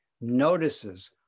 notices